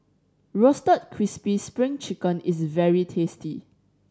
Roasted Crispy Spring Chicken is very tasty